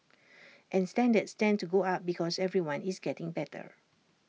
and standards tend to go up because everyone is getting better